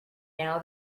now